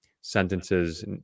sentences